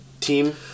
team